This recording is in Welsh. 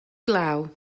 glaw